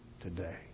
today